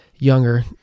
Younger